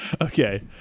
Okay